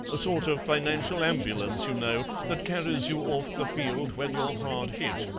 a sort of financial ambulance, you know, that carries you off the field when you're hard hit,